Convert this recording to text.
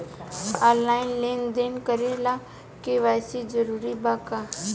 Online लेन देन करे ला के.वाइ.सी जरूरी बा का?